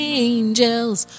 angels